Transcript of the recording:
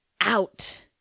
out